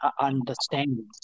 understanding